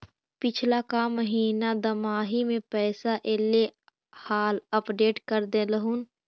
पिछला का महिना दमाहि में पैसा ऐले हाल अपडेट कर देहुन?